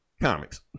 Comics